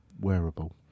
wearable